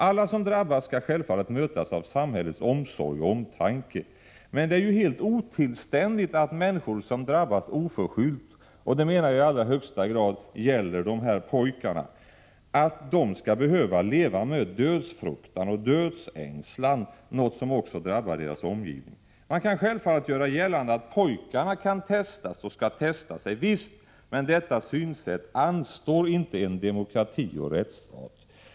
Alla som drabbas skall självfallet mötas av samhällets omsorg och omtanke, men det är helt otillständigt att människor som drabbas oförskyllt — och det menar jag i allra högsta grad gäller de här pojkarna — skall behöva leva med dödsfruktan och dödsängslan, något som också drabbar deras omgivning. Man kan självfallet göra gällande att pojkarna kan och skall testas. Visst, men detta synsätt anstår inte en demokrati och rättsstat.